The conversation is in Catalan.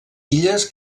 illes